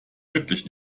wirklich